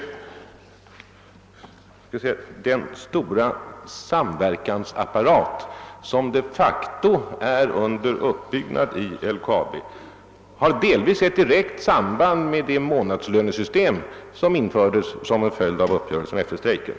Den stora samverkansapparat som de facto är under uppbyggnad i LKAB har nämligen delvis ett direkt samband med det månadslönesystem som infördes som en följd av uppgörelsen efter strejken.